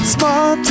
Smart